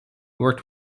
worked